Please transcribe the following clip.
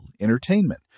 entertainment